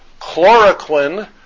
Chloroquine